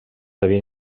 havien